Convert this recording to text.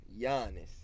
Giannis